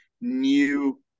new